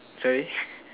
sorry